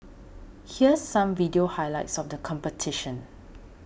here's some video highlights of the competition